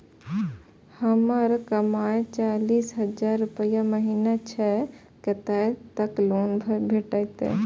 हमर कमाय चालीस हजार रूपया महिना छै कतैक तक लोन भेटते?